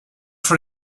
for